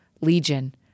Legion